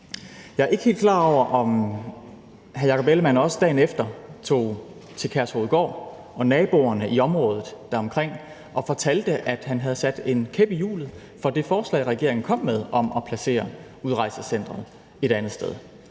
Jeg er ikke helt klar over, om hr. Jakob Ellemann-Jensen også dagen efter tog til Kærshovedgård og til naboerne i området deromkring og fortalte, at han havde sat en kæp i hjulet for det forslag, regeringen kom med, om at placere udrejsecenteret et andet sted.